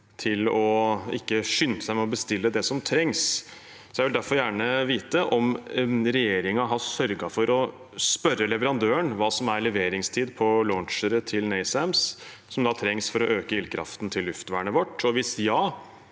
til ikke å skynde seg med å bestille det som trengs. Jeg vil derfor gjerne vite om regjeringen har sørget for å spørre leverandøren om hva som er leveringstid på launchere til NASAMS, som trengs for å øke ildkraften til luftvernet vårt.